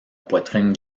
poitrine